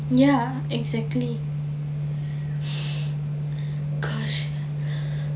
ya exactly gosh